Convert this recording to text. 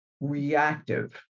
reactive